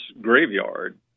graveyard